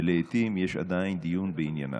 ולעיתים יש עדיין דיון בעניינם.